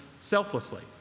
selflessly